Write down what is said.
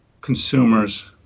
consumers